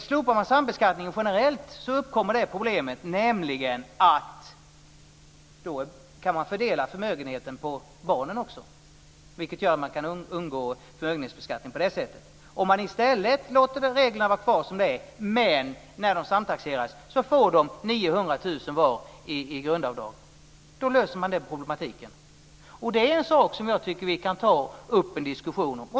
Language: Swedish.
Slopas samtaxeringen generellt uppkommer det problemet att man kan fördela förmögenheten på barnen också, vilket gör att man kan undgå förmögenhetsbeskattningen på det sättet. Om man låter reglerna vara kvar som de är, men de som samtaxeras får 900 000 kr var i grundavdrag, då löser man den problematiken. Det är en sak som jag tycker att vi kan ta upp till diskussion.